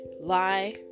lie